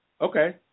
Okay